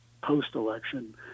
post-election